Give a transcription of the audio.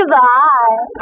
Goodbye